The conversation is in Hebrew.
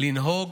לנהוג